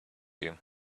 you